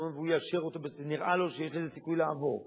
תכנון ונראה לו שיש לזה סיכוי לעבור.